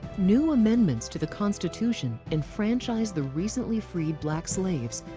new amendments to the constitution enfranchised the recently freed black slaves,